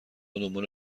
دنبال